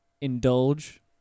indulge